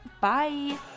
Bye